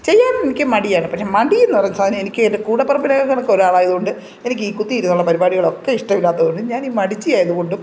ചെയ്യാൻ എനിക്ക് മടിയാണ് പക്ഷെ മടി എന്നു പറഞ്ഞ സാധനം എനിക്ക് എൻ്റെ കൂടപ്പിറപ്പിനേ കണക്ക് ഒരാളായതുകൊണ്ട് എനിക്കീ കുത്തിയിരുന്നുള്ള പരുപാടികളൊക്കെ ഇഷ്ടമില്ലാത്തതുകൊണ്ടും ഞാനീ മടിച്ചി ആയതുകൊണ്ടും